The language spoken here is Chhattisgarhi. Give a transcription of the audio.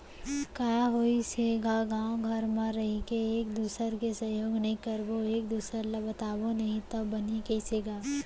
काय होइस हे गा गाँव घर म रहिके एक दूसर के सहयोग नइ करबो एक दूसर ल बताबो नही तव बनही कइसे गा